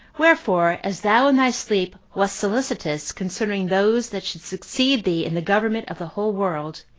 wherefore, as thou in thy sleep wast solicitous concerning those that should succeed thee in the government of the whole world,